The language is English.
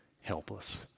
helpless